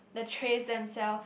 the trays themselves